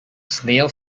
snail